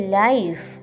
life